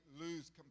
lose